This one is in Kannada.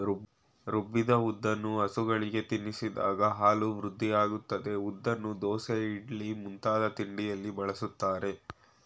ರುಬ್ಬಿದ ಉದ್ದನ್ನು ಹಸುಗಳಿಗೆ ತಿನ್ನಿಸಿದಾಗ ಹಾಲು ವೃದ್ಧಿಯಾಗ್ತದೆ ಉದ್ದನ್ನು ದೋಸೆ ಇಡ್ಲಿ ಮುಂತಾದ ತಿಂಡಿಯಲ್ಲಿ ಬಳಸ್ತಾರೆ